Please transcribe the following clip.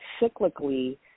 cyclically